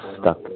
stuck